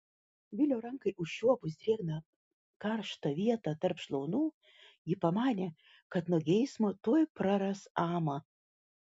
vilio rankai užčiuopus drėgną karštą vietą tarp šlaunų ji pamanė kad nuo geismo tuoj praras amą